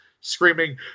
screaming